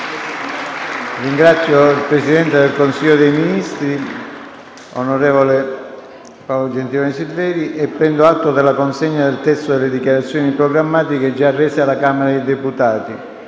Ringrazio il presidente del Consiglio dei ministri, onorevole Gentiloni Silveri, e prendo atto della consegna del testo delle dichiarazioni programmatiche già rese alla Camera dei deputati.